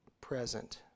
present